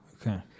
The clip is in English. Okay